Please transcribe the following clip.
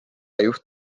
juht